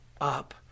up